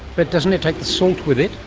but doesn't it take the salt with it?